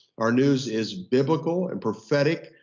our news is biblical, and prophetic.